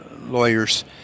lawyers